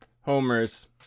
homers